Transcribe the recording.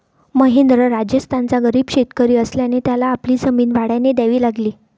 महेंद्र राजस्थानचा गरीब शेतकरी असल्याने त्याला आपली जमीन भाड्याने द्यावी लागली